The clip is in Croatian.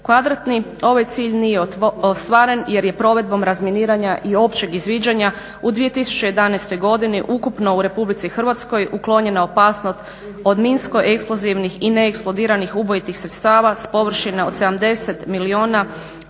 kvadratnih. Ovaj cilj nije ostvaren jer je provedbom razminiranja i općeg izviđanja u 2011. godini ukupno u RH uklonjena opasnost od minsko-eksplozivnih i neeksplodiranih ubojitih sredstava s površine od 70 milijuna